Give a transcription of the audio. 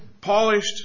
polished